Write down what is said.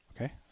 okay